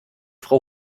frau